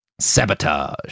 Sabotage